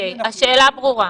השאלה ברורה.